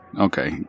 okay